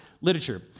literature